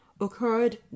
occurred